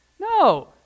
No